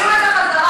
תוציאו את זה בחזרה.